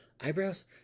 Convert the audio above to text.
Eyebrows